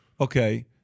Okay